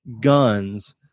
guns